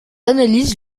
analyse